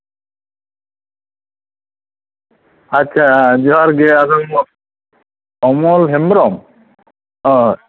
ᱟᱪᱪᱷᱟ ᱡᱚᱦᱟᱨ ᱜᱮ ᱟᱫᱚ ᱚᱢᱚᱞ ᱦᱮᱢᱵᱨᱚᱢ ᱚᱸᱻ